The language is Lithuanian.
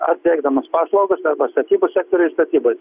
ar teikdamas paslaugas arba statybų sektoriuj ir statyboj